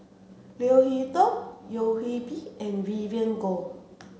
Leo Hee Tong Yeo Hwee Bin and Vivien Goh